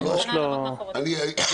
אני מוכנה לעמוד מאחורי דבריי.